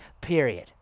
period